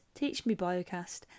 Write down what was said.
teachmebiocast